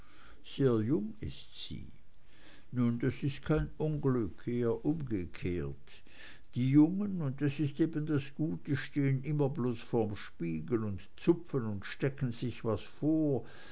jung ist sie nun das ist kein unglück eher umgekehrt die jungen und das ist eben das gute stehen immer bloß vorm spiegel und zupfen und stecken sich was vor